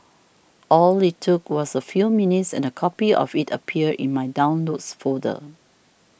all it took was a few minutes and a copy of it appeared in my Downloads folder